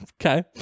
okay